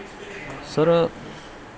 sir